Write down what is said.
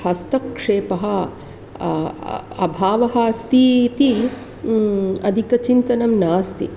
हस्तक्षेपः अभावः अस्ति इति अधिकचिन्तनं नास्ति